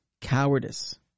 cowardice